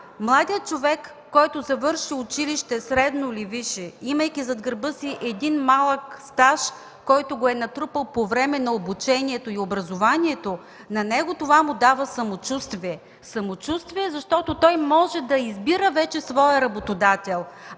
младият човек, който завършва училище – средно или висше, имайки зад гърба си един малък стаж, който е натрупал по време на обучението и образованието, на него това му дава самочувствие, защото той вече може да избира своя работодател,